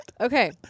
Okay